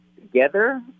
together